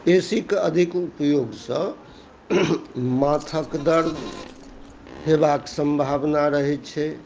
ए C के अधिक उपयोगसँ माथके दर्द हेबाके सम्भावना रहै छै